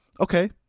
okay